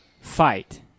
fight